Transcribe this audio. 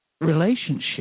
relationship